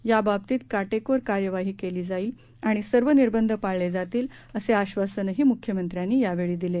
यावावतीत काटेकोर कार्यवाही केली जाईल आणि सर्व निर्बंध पाळले जातील असे आश्वासनही मुख्यमंत्र्यांनी यावेळी दिले